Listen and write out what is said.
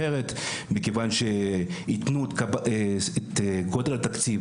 נמצאים איתנו בזום המשנה למנכ"ל רונן הרשקו,